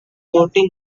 voting